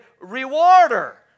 rewarder